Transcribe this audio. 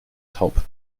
taub